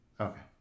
okay